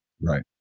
Right